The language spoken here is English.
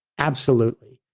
absolutely.